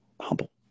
humble